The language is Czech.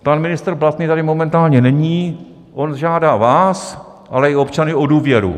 Pan ministr Blatný tady momentálně není, on žádá vás, ale i občany o důvěru.